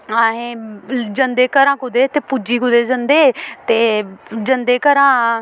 अहें जंदे घरा कुतै ते पुज्जी कुतै जंदे ते जंदे घरा